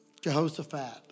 Jehoshaphat